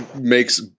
Makes